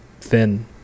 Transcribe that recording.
thin